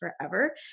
forever